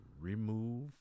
remove